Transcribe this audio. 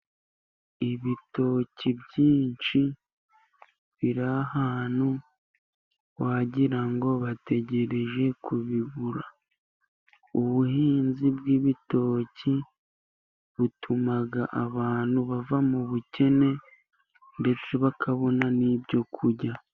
Ibitoki byinshi biri ahantu wagira ngo bategereje kubibura . Ubuhinzi bw'ibitoki butuma abantu bava mu bukene ndetse bakabona n'ibyo kurya.